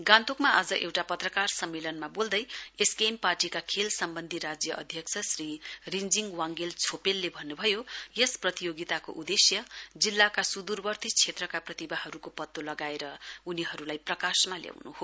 गान्तोकमा आज एउटा पत्रकार सम्मेलनमा बोल्दै एसकेएम पार्टीका खेल सम्बन्धी राज्य अध्यक्ष श्री रिञ्जिङ बाङगेल छोपेलले भन्नुभयो यस प्रतियोगिताको उद्देश्य जिल्लाका सुदुरवर्ती क्षेत्रका प्रतिभाहरूको पत्तो लगाएर उनीहरूलाई प्रकाशमा ल्याउन् हो